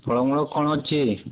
ଫଳ ମୂଳ କ'ଣ ଅଛି